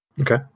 Okay